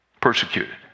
persecuted